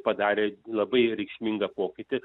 padarė labai reikšmingą pokytį